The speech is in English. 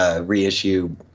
reissue